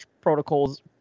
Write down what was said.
protocols